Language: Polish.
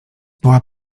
była